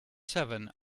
seven